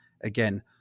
Again